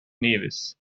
nevis